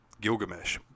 Gilgamesh